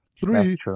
three